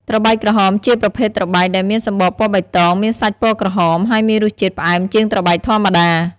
ត្របែកក្រហម ជាប្រភេទត្របែកដែលមានសំបកពណ៌បៃតង មានសាច់ពណ៌ក្រហម ហើយមានរសជាតិផ្អែមជាងត្របែកធម្មតា។